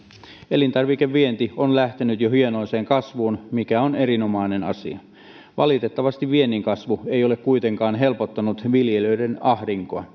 elintarvikevienti on lähtenyt jo hienoiseen kasvuun mikä on erinomainen asia valitettavasti viennin kasvu ei ole kuitenkaan helpottanut viljelijöiden ahdinkoa